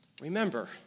Remember